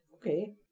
Okay